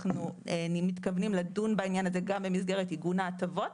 אנחנו מתכוונים לדון בעניין הזה גם במסגרת עיגון ההטבות,